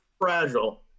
fragile